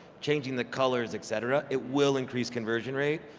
changing the colors, etc. it will increase conversion rate,